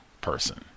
person